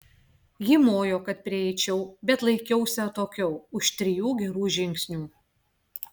ji mojo kad prieičiau bet laikiausi atokiau už trijų gerų žingsnių